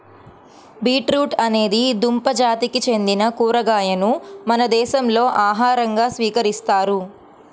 beetroot అనేది దుంప జాతికి చెందిన కూరగాయను మన దేశంలో ఆహారంగా స్వీకరిస్తారు